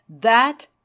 that—